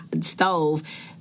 stove